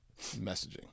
messaging